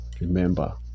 remember